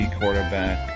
quarterback